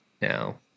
now